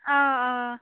آ آ